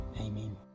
Amen